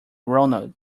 ronald